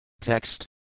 Text